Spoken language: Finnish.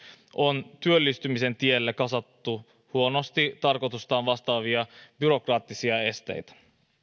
on työllistymisen tielle kasattu huonosti tarkoitustaan vastaavia byrokraattisia esteitä